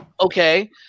okay